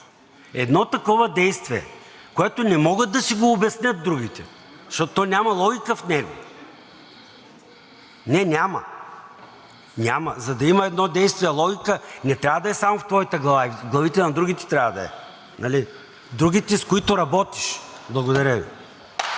Едно такова действие, което не могат да си го обяснят другите, защото няма логика в него! Не, няма, няма! За да има едно действие логика, не трябва да е само в твоята глава, и в главите на другите трябва да е – другите, с които работиш. Благодаря Ви.